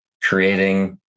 creating